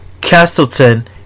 Castleton